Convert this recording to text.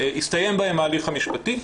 הסתיים בהם ההליך המשפטי,